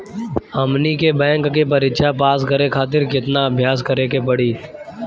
हमनी के बैंक के परीक्षा पास करे खातिर केतना अभ्यास करे के पड़ी?